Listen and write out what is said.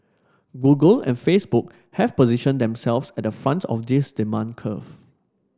Google and Facebook have positioned themselves at the front of this demand curve